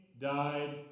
died